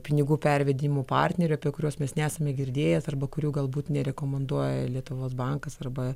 pinigų pervedimų partnerių apie kuriuos mes nesame girdėjęs arba kurių galbūt nerekomenduoja lietuvos bankas arba